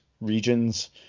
regions